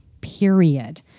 period